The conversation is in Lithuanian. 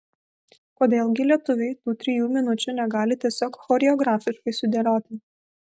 kodėl gi lietuviai tų trijų minučių negali tiesiog choreografiškai sudėlioti